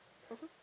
mmhmm